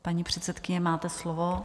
Paní předsedkyně, máte slovo.